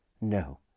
No